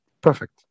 perfect